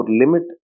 limit